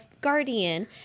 guardian